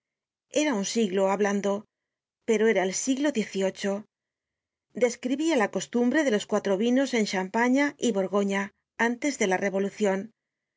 era un siglo hablando pero era el siglo xviii describia la costumbre de los cuatro vinos en champaña y borgoña antes de la revolucion